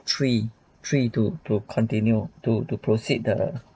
three three to to continue to to proceed the